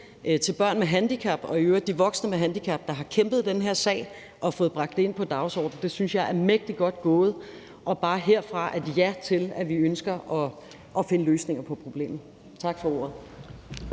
til børn med handicap og i øvrigt til de voksne med handicap, der har kæmpet den her sag og fået det bragt ind på dagsordenen. Det synes jeg er mægtig godt gået, og jeg vil bare herfra sige et ja til, at vi ønsker at finde løsninger på problemet. Tak for ordet.